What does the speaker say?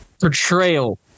portrayal